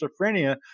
schizophrenia